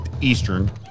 Eastern